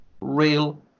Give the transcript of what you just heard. real